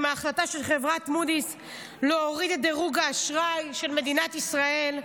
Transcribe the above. עם ההחלטה של חברת מודי'ס להוריד את דירוג האשראי של מדינת ישראל,